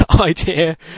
idea